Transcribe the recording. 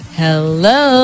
hello